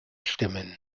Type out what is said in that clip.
stimmen